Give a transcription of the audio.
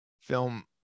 film